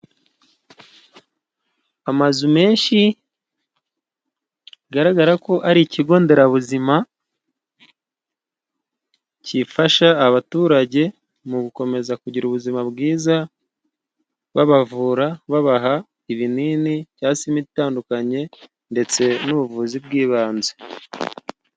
Amazu menshi bigaragarako ari ikigo nderabuzima, gifasha abaturage mu gukomeza kugira ubuzima bwiza, babavura babaha ibinini cyangwa se imiti itandukanye ndetse n'ubuvuzi bw'ibanze.